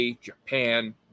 Japan